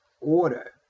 order